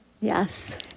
Yes